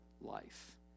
life